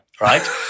right